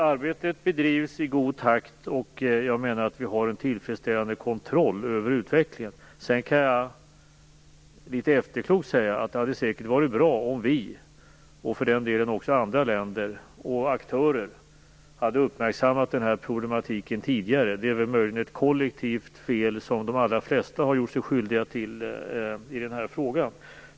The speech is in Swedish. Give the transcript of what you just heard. Arbetet bedrivs i god takt, och jag menar att vi har en tillfredsställande kontroll över utvecklingen. Jag kan också litet efterklokt säga att det säkert hade varit bra om vi, och för den delen också andra länder och aktörer, hade uppmärksammat den här problematiken tidigare. Det är möjligen ett kollektivt fel som de allra flesta har gjort sig skyldiga till i den här frågan.